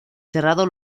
cerrado